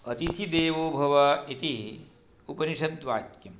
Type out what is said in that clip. अतिथि देवो भव इति उपनिषद्वाक्यम्